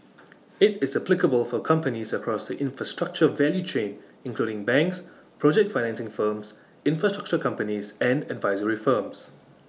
IT is applicable for companies across the infrastructure value chain including banks project financing firms infrastructure companies and advisory firms